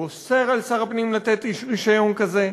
הוא אוסר על שר הפנים לתת רישיון כזה,